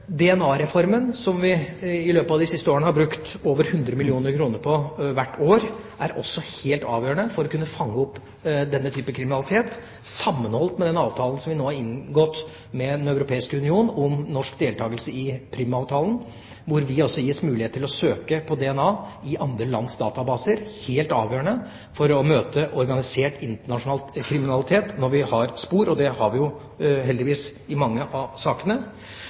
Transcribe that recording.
som vi i løpet av de siste årene har brukt over 100 mill. kr på hvert år, er også helt avgjørende for å kunne fange opp denne type kriminalitet, sammenholdt med den avtalen som vi nå har inngått med Den europeiske union om norsk deltagelse i Prüm-avtalen, hvor vi altså gis mulighet til å søke på DNA i andre lands databaser, noe som er helt avgjørende for å møte organisert internasjonal kriminalitet når vi har spor. Og det har vi jo heldigvis i mange av sakene.